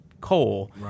coal